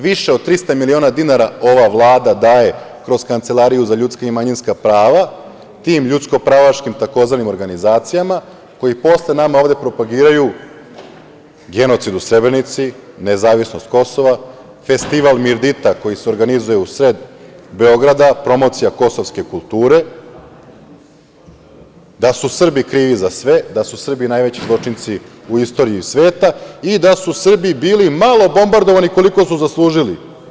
Više od 300 miliona dinara ova Vlada daje kroz Kancelariju za ljudska i manjinska prava, tim ljudsko-pravaškim tzv. organizacijama koji posle ovde nama propagiraju genocid u Srebrenici, nezavisnost Kosova, festival „Mirdita“ koji se organizuje u sred Beograda, promocija kosovske kulture, da su Srbi krivi za sve, da su Srbi najveći zločinci u istoriji sveta i da su Srbi bili malo bombardovani koliko su zaslužili.